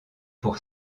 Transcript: pour